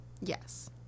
Yes